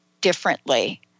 differently